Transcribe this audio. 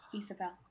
Isabel